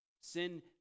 Sin